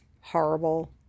horrible